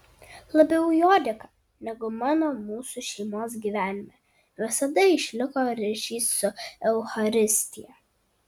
labiau jo dėka negu mano mūsų šeimos gyvenime visada išliko ryšys su eucharistija